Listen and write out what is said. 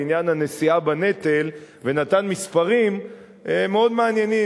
עניין הנשיאה בנטל ונתן מספרים מאוד מעניינים,